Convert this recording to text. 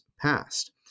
past